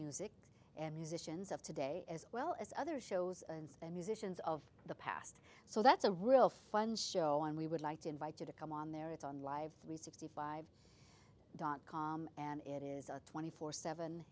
musicians of today as well as other shows and musicians of the past so that's a real fun show and we would like to invite you to come on there it's on live three sixty five dot com and it is a twenty four seven